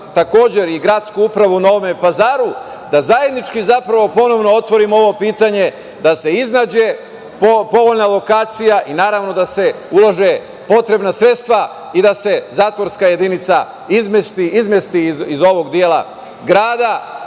takođe, i Gradsku upravu u Novom Pazaru da zajednički ponovo otvorimo ovo pitanje, da se iznađe povoljna lokacija i naravno, da se ulože potrebna sredstva i da se zatvorska jedinica izmesti iz ovog dela grada,